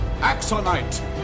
Axonite